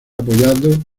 apoyando